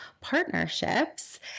partnerships